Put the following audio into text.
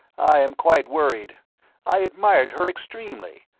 i am quite worried i admired her extremely,